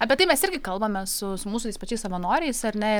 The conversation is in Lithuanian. apie tai mes irgi kalbame su su mūsų tais pačiais savanoriais ar ne